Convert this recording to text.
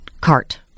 cart